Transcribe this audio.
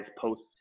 post